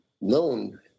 known